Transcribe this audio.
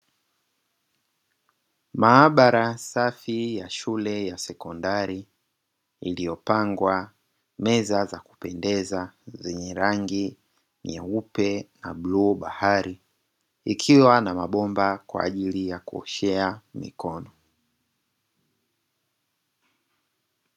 Maabara safi ya shule ya sekondari iliyopangwa meza za kupendeza zenye rangi nyeupe na bluu bahari, ikiwa na mabomba kwaajili ya kuoshea mikono.